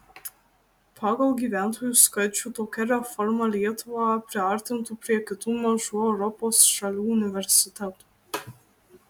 pagal gyventojų skaičių tokia reforma lietuvą priartintų prie kitų mažų europos šalių universitetų